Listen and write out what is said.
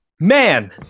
Man